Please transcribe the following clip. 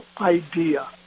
idea